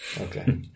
okay